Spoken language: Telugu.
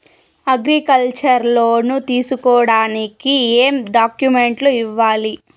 అగ్రికల్చర్ లోను తీసుకోడానికి ఏం డాక్యుమెంట్లు ఇయ్యాలి?